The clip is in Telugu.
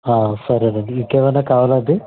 సరేనండి ఇంకేమైన కావాలా అండి